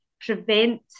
prevent